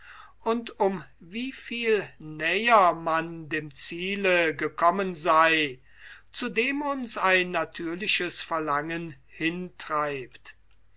und um wie viel näher man dem ziele gekommen sei zu dem uns ein natürliches verlangen hintreibt